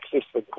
access